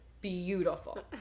beautiful